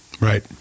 Right